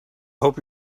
hope